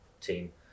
team